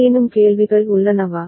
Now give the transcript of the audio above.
ஏதேனும் கேள்விகள் உள்ளனவா